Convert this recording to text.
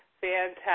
Fantastic